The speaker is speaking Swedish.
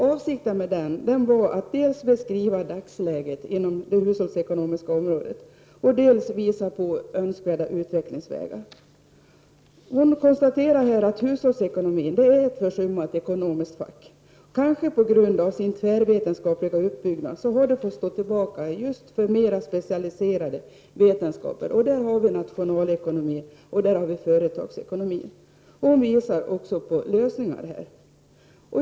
Avsikten var att dels beskriva dagsläget inom det hushållsekonomiska område, dels visa på önskvärda utvecklingsvägar. Gisselberg konstaterar att hushållsekonomin är ett försummat ekonomiskt fack. Kanske på grund av sin tvärvetenskapliga uppbyggnad har det fått stå tillbaka för mera specialiserade vetenskaper som nationalekonomi och företagsekonomi. Hon visar också på lösningar.